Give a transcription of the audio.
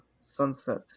Sunset